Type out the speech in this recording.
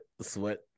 Sweat